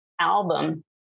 album